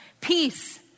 peace